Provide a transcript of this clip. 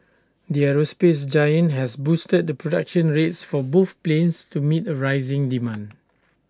the aerospace giant has boosted the production rates for both planes to meet rising demand